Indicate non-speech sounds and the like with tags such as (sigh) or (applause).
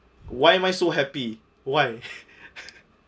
why am I so happy why (laughs)